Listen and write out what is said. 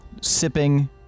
sipping